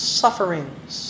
sufferings